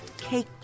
cake